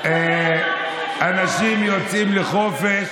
כפי שייקבע בחוק.